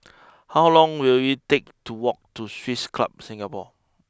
how long will it take to walk to Swiss Club Singapore